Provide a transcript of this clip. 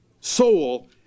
soul